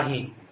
H Jfree0